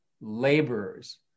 laborers